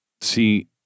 see